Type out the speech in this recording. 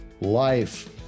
life